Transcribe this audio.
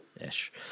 ish